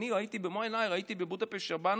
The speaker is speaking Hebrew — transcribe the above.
אני במו עיניי ראיתי בבודפשט כשבאנו,